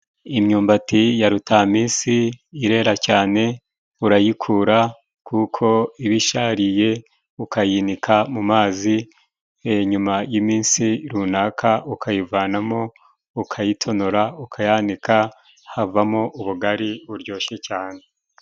Imyumbati ya rutamisi irera cyane. Urayikura kuko ibashariye ukayinika mu mazi, nyuma y'iminsi runaka ukayivanamo ukayitonora ukayanika. Havamo ubugari buryoshye cyane.